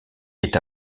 est